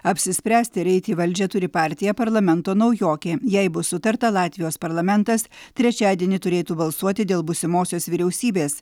apsispręsti ar eit į valdžią turi partija parlamento naujokė jei bus sutarta latvijos parlamentas trečiadienį turėtų balsuoti dėl būsimosios vyriausybės